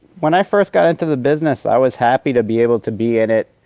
when i first got into the business, i was happy to be able to be in it,